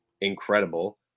incredible